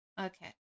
Okay